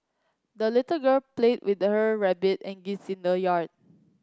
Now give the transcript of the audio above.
the little girl played with her rabbit and geese in the yard